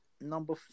number